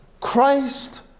Christ